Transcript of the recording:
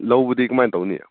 ꯂꯧꯕꯗꯤ ꯀꯃꯥꯏ ꯇꯧꯅꯤ